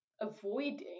avoiding